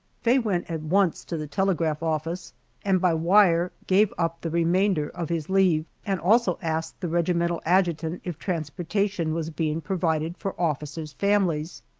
faye went at once to the telegraph office and by wire gave up the remainder of his leave, and also asked the regimental adjutant if transportation was being provided for officers' families.